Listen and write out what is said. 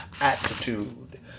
attitude